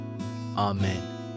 Amen